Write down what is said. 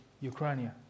Ukraine